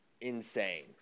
insane